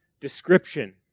description